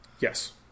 Yes